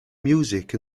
music